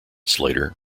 slater